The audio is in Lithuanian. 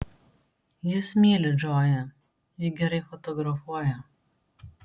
jis myli džoją ji gerai fotografuoja